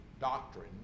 doctrine